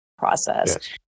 process